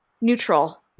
neutral